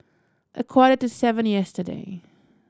a quarter to seven yesterday